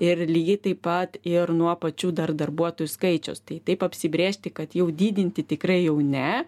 ir lygiai taip pat ir nuo pačių dar darbuotojų skaičiaus tai taip apsibrėžti kad jau didinti tikrai jau ne